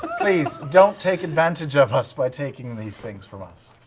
please don't take advantage of us by taking these things from us.